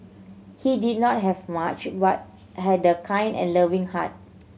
he did not have much but had a kind and loving heart